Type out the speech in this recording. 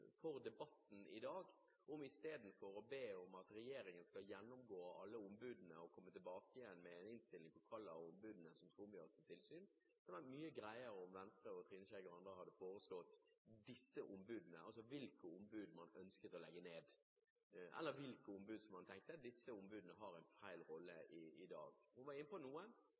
for debatten i dag – om Venstre og Trine Skei Grande hadde foreslått hvilke ombud man ønsket å legge ned, eller om hvilke man tenkte: Disse ombudene har en feil rolle i dag. Hun var inne på noen.